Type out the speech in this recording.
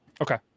Okay